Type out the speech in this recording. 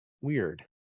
Weird